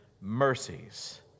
mercies